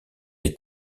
est